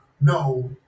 No